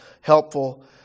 helpful